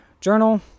Journal